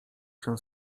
się